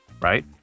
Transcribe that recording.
Right